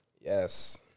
Yes